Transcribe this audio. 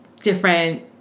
different